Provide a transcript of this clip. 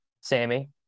sammy